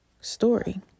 story